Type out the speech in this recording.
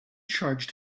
charged